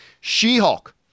She-Hulk